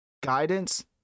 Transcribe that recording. guidance